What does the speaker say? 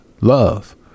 love